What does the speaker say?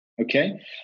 Okay